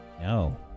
No